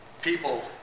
people